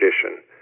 tradition